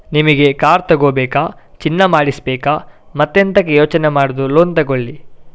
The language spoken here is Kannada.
ನಿಮಿಗೆ ಕಾರ್ ತಗೋಬೇಕಾ, ಚಿನ್ನ ಮಾಡಿಸ್ಬೇಕಾ ಮತ್ತೆಂತಕೆ ಯೋಚನೆ ಮಾಡುದು ಲೋನ್ ತಗೊಳ್ಳಿ